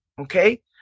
okay